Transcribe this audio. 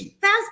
fast